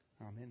Amen